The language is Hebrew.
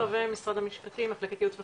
יפעת רווה, משרד המשפטים, מחלקת יעוץ וחקיקה,